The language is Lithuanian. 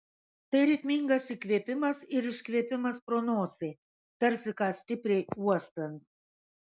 tai ritmingas įkvėpimas ir iškvėpimas pro nosį tarsi ką stipriai uostant